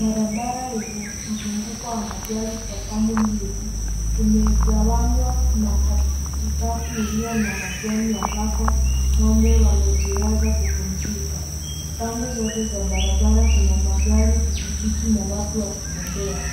Barabara yenye mzunguko wa magari kwa pande mbili imegawanywa na katikati iliyojaa majani ambako ng'ombe wamejilaza kupumzika. Pande zote za barabara kuna magari, pikipiki na watu wakitembea